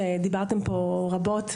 שדובר פה רבות.